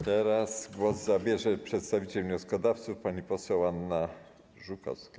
Teraz głos zabierze przedstawiciel wnioskodawców pani poseł Anna Żukowska.